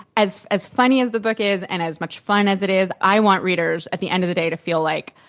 as as funny as the book is, and as much fun as it is, i want readers at the end of the day to feel like,